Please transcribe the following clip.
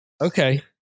Okay